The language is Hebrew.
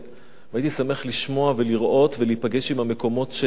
הייתי שמח לשמוע ולראות ולהיפגש עם המקומות שבהם